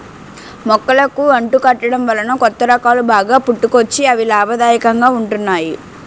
మొక్కలకు అంటు కట్టడం వలన కొత్త రకాలు బాగా పుట్టుకొచ్చి అవి లాభదాయకంగా ఉంటున్నాయి